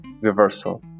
reversal